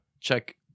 check